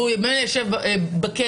והוא ממילא יושב בכלא,